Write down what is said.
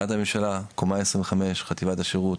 קריית הממשלה, קומה 25, חטיבת השירות.